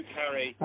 carry